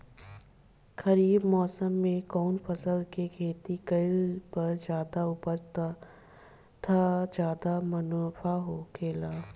खरीफ़ मौसम में कउन फसल के खेती कइला पर ज्यादा उपज तथा ज्यादा मुनाफा होखेला?